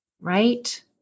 right